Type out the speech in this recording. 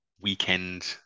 weekend